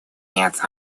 это